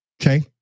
okay